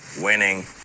Winning